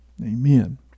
Amen